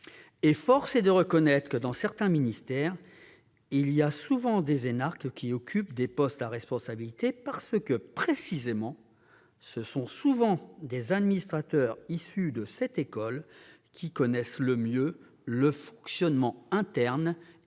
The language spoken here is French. Et force est de reconnaître que, dans certains ministères, ce sont souvent des énarques qui occupent des postes à responsabilités parce que, précisément, les administrateurs issus de cette école sont ceux qui connaissent le mieux le fonctionnement interne